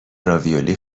راویولی